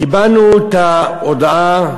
קיבלנו את ההודעה,